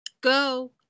Go